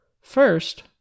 First